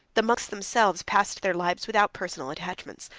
the monks themselves passed their lives, without personal attachments,